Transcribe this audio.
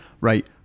right